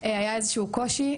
היה איזשהו קושי.